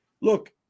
look